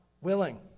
willing